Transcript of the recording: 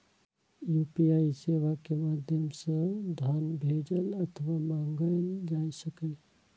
UPI सेवा के माध्यम सं धन भेजल अथवा मंगाएल जा सकैए